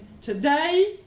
today